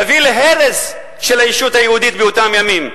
תביא להרס של הישות היהודית באותם ימים.